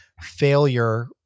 failure